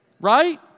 right